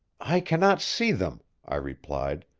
i can not see them, i replied,